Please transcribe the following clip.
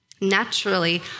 Naturally